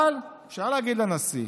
אבל אפשר להגיד לנשיא: